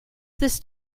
this